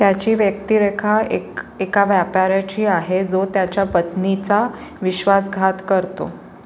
त्याची व्यक्तिरेखा एक एका व्यापाऱ्याची आहे जो त्याच्या पत्नीचा विश्वासघात करतो